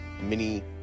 mini